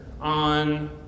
on